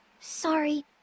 Sorry